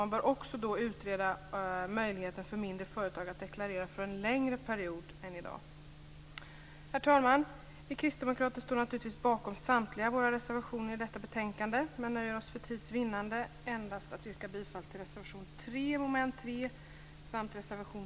Man bör också utreda möjligheten för mindre företag att deklarera för en längre period än i dag. Herr talman! Vi kristdemokrater står naturligtvis bakom samtliga våra reservationer i detta betänkande, men för tids vinnande nöjer vi oss med att endast yrka bifall till reservation 3 under mom. 3 samt reservation